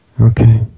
Okay